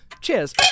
Cheers